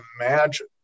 imagine